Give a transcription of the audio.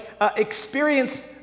experience